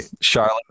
Charlotte